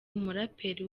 umuraperi